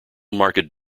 market